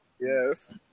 Yes